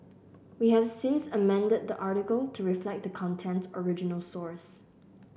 we have since amended the article to reflect the content's original source